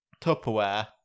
Tupperware